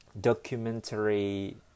documentary